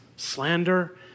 slander